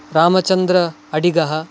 Ramachandra अडिगः